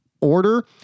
order